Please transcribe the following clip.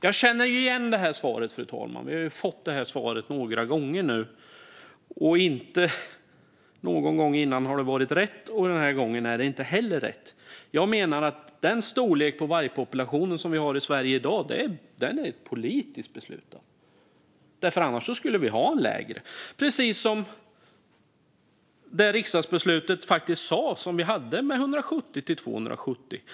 Jag känner igen svaret, fru talman. Vi har fått det några gånger nu. Ingen gång tidigare har det varit rätt, och det är inte rätt den här gången heller. Jag menar att den storlek på vargpopulationen som vi har i Sverige i dag är politiskt beslutad. Annars skulle vi ha en mindre population, precis som det sas i det riksdagsbeslut vi fattade om 170-270 vargar.